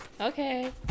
Okay